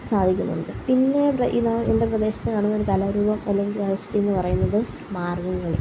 സാധിക്കുന്നുണ്ട് പിന്നേ ഇന എൻ്റെ പ്രദേശത്ത് നടന്നൊരു കലാ രൂപം അല്ലെങ്കിൽ ന്ന് പറയുന്നത് മാർഗംകളി